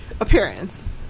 appearance